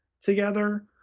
together